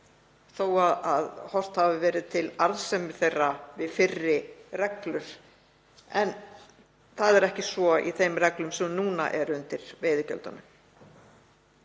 þó að horft hafi verið til arðsemi þeirra við fyrri reglur, en það er ekki svo í þeim reglum sem núna eru um veiðigjöld.